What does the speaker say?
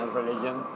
religion